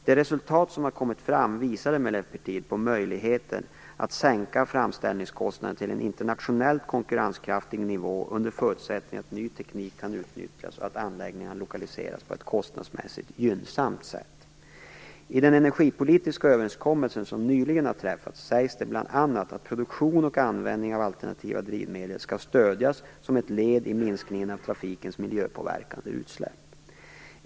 De resultat som har kommit fram visar emellertid på möjligheter att sänka framställningskostnaderna till en internationellt konkurrenskraftig nivå under förutsättning att ny teknik kan utnyttjas och att anläggningen lokaliseras på ett kostnadsmässigt gynnsamt sätt. I den energipolitiska överenskommelse som nyligen har träffats sägs det bl.a. att produktion och användning av alternativa drivmedel skall stödjas som ett led i minskningen av trafikens miljöpåverkande utsläpp.